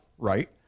right